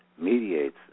mediates